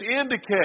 indicate